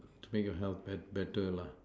to make your health better lah